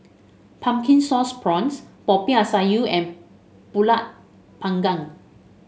Pumpkin Sauce Prawns Popiah Sayur and pulut panggang